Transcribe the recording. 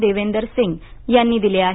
देवेंदर सिंह यांनी दिले आहेत